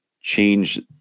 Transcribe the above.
change